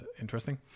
interesting